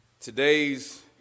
Today's